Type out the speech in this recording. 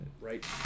right